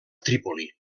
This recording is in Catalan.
trípoli